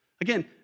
Again